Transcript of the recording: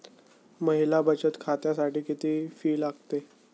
महिला बचत खात्यासाठी किती फी लागते?